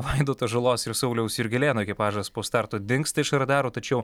vaidoto žalos ir sauliaus jurgelėno ekipažas po starto dingsta iš radarų tačiau